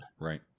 Right